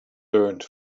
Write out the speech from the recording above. burned